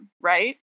Right